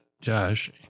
Josh